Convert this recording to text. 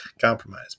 compromise